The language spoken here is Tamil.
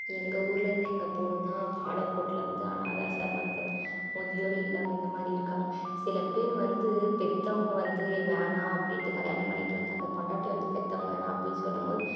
எங்கள் ஊருலேருந்து எங்கே போகணும்னா பாலக்கோட்டில் வந்து அனாதை ஆசிரமத்துல முதியோர் இல்லம் இந்த மாதிரி இருக்காங்க சில பேர் வந்து பெற்றவங்க வந்து வேணாம் அப்படின்ட்டு கல்யாணம் பண்ணிகிட்டு வந்து அந்த பெண்டாட்டி வந்து பெற்றவங்க வேணாம் அப்படின்னு சொல்லும் போது